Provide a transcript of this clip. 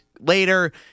later